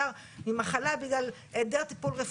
ממחלה בגלל היעדר טיפול רפואי.